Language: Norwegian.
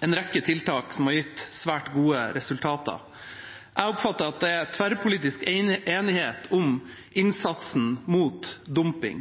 en rekke tiltak som har gitt svært gode resultater. Jeg oppfatter det slik at det er tverrpolitisk enighet om innsatsen mot dumping.